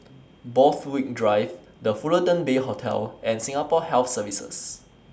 Borthwick Drive The Fullerton Bay Hotel and Singapore Health Services